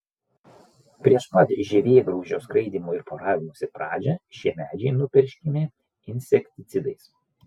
prieš pat žievėgraužio skraidymo ir poravimosi pradžią šie medžiai nupurškiami insekticidais